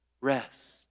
rest